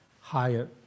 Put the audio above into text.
higher